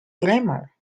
grammar